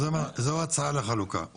זאת ההצעה לחלוקה.